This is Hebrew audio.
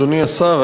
אדוני השר,